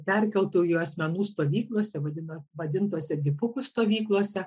perkeltųjų asmenų stovyklose vadinasi vadintose dipukų stovyklose